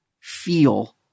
feel